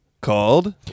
called